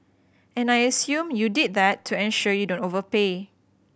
and I assume you did that to ensure you don't overpay